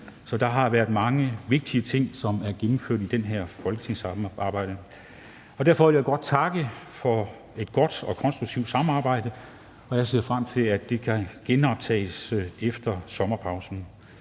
Så det er mange vigtige ting, som er blevet gennemført i den her folketingssamling. Derfor vil jeg godt takke for et godt og konstruktivt samarbejde, og jeg ser frem til, at det kan genoptages efter sommerpausen.